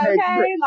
Okay